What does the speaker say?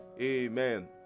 amen